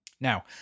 Now